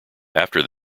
after